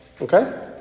Okay